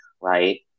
right